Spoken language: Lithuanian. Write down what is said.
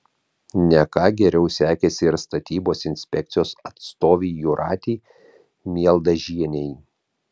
ne ką geriau sekėsi ir statybos inspekcijos atstovei jūratei mieldažienei